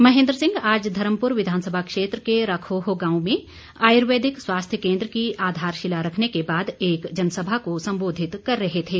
महेन्द्र सिंह आज धर्मपुर विधानसभा क्षेत्र के रखोह गांव में आयुर्वेदिक स्वास्थ्य केन्द्र की आधारशिला रखने के बाद एक जनसभा को संबोधित कर रहे थे